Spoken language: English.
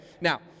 now